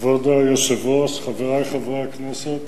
כבוד היושב-ראש, חברי חברי הכנסת